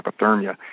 hypothermia